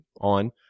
on